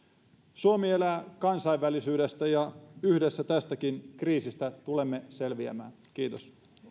suomi elää kansainvälisyydestä ja yhdessä tästäkin kriisistä tulemme selviämään kiitos